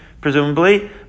presumably